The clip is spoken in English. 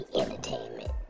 entertainment